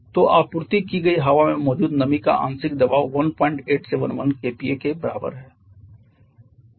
तो आपूर्ति की गई हवा में मौजूद नमी का आंशिक दबाव 1871 kPa के बराबर है